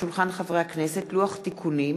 חנא סוייד ועפו אגבאריה,